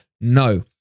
No